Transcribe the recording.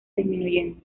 disminuyendo